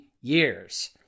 years